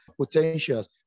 potentials